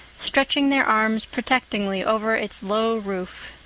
stretching their arms protectingly over its low roof.